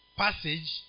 passage